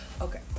Okay